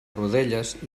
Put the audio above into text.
rodelles